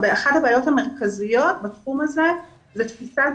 אחת הבעיות המרכזיות בתחום הזה היא תפיסת